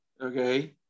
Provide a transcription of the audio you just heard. okay